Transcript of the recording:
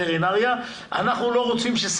אנחנו רוצים ליצור וטרינריה,